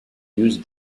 use